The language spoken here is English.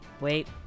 Wait